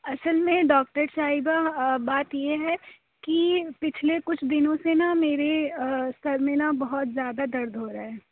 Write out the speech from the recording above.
اصل میں ڈاکٹر صاحبہ بات یہ ہے کہ پچھلے کچھ دِنوں سے نا میرے آ سر میں نا بہت زیادہ درد ہو رہا ہے